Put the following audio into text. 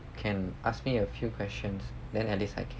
can ask me a few questions then at least I can